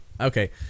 Okay